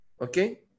okay